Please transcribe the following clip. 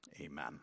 Amen